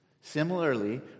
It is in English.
Similarly